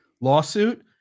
lawsuit